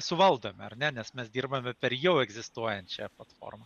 suvaldome ar ne nes mes dirbame per jau egzistuojančią platformą